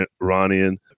Iranian